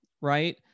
right